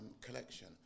collection